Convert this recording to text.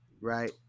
right